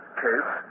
case